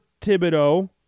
Thibodeau